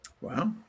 Wow